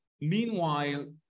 Meanwhile